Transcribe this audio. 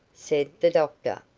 said the doctor.